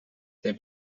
der